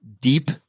deep